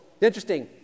interesting